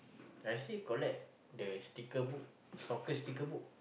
I still collect the sticker book soccer sticker book